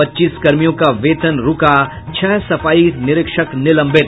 पच्चीस कर्मियों का वेतन रूका छह सफाई निरीक्षक निलंबित